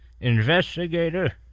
Investigator